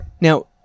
Now